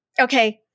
Okay